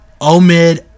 Omid